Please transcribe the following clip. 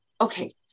okay